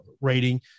rating